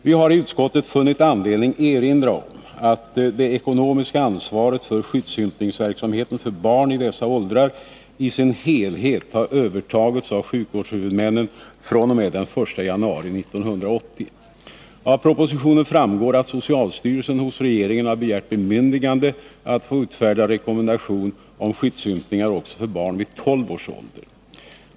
Vi har i utskottet funnit anledning erinra om att det ekonomiska ansvaret för skyddsympningsverksamheten för barn i dessa åldrar i sin helhet har övertagits av sjukvårdshuvudmännen fr.o.m. den 1 januari 1980. Av propositionen framgår att socialstyrelsen hos regeringen har begärt bemyndigande att få utfärda rekommendation om skyddsympningar också för barn vid 12 års ålder.